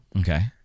Okay